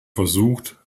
versucht